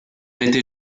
était